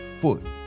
foot